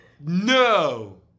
No